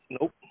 nope